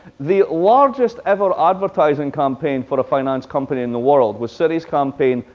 the largest ever advertising campaign for a finance company in the world was citi's campaign,